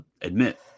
admit